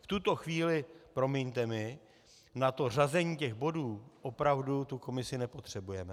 V tuto chvíli, promiňte mi, na to řazení bodů opravdu tu komisi nepotřebujeme.